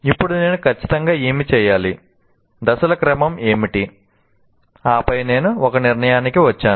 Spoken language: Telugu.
ఇప్పుడు నేను ఖచ్చితంగా ఏమి చేయాలి దశల క్రమం ఏమిటి ఆపై నేను ఒక నిర్ణయానికి వచ్చాను